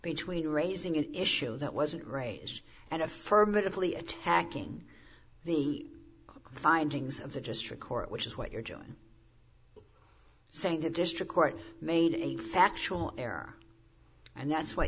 between raising an issue that wasn't raised and affirmatively attacking the findings of the district court which is what you're doing saying the district court made a factual error and that's what